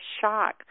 shock